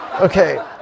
Okay